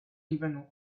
even